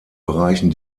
bereichen